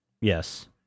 Yes